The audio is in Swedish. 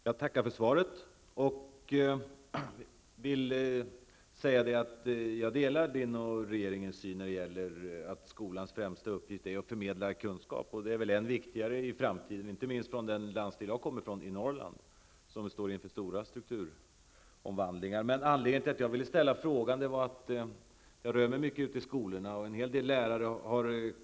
Herr talman! Jag tackar för svaret. Jag delar statsrådets och regeringens syn att skolans främsta uppgift är att förmedla kunskap. Det blir ännu viktigare i framtiden, inte minst i Norrland, dens landsdel jag kommer ifrån, där man står inför stora strukturomvandlingar. Jag rör mig mycket ute i skolorna, och många lärare har kontaktat mig. Det är anledningen till att jag ställde frågan.